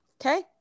Okay